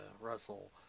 russell